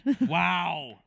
wow